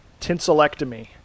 Tinselectomy